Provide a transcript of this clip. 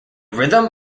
rhythm